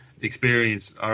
experience